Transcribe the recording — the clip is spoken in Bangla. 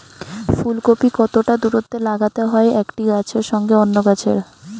ফুলকপি কতটা দূরত্বে লাগাতে হয় একটি গাছের সঙ্গে অন্য গাছের?